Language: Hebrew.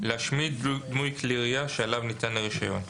להשמיד דמוי כלי ירייה שעליו ניתן הרישיון."